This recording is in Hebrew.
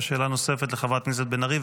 ושאלה נוספת לחברת הכנסת בן ארי,